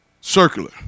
circular